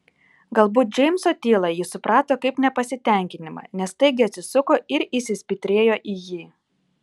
galbūt džeimso tylą ji suprato kaip nepasitenkinimą nes staigiai atsisuko ir įsispitrėjo į jį